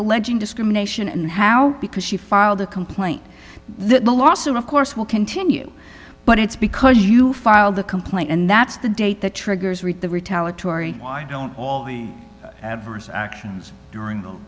alleging discrimination and how because she filed a complaint the lawsuit of course will continue but it's because you filed the complaint and that's the date that triggers read the retaliatory why don't all a verse actions during